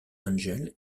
angel